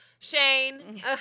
Shane